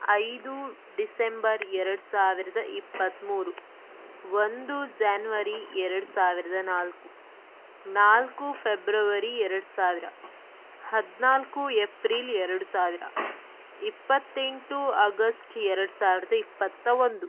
ಐದು ಡಿಸೆಂಬರ್ ಎರಡು ಸಾವಿರದ ಇಪ್ಪತ್ತ್ಮೂರು ಒಂದು ಝ್ಯಾನ್ವರಿ ಎರಡು ಸಾವಿರದ ನಾಲ್ಕು ನಾಲ್ಕು ಫೆಬ್ರವರಿ ಎರಡು ಸಾವಿರ ಹದಿನಾಲ್ಕು ಏಪ್ರಿಲ್ ಎರಡು ಸಾವಿರ ಇಪ್ಪತ್ತೆಂಟು ಆಗಸ್ಟ್ ಎರಡು ಸಾವಿರದ ಇಪ್ಪತ್ತ ಒಂದು